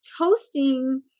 Toasting